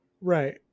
Right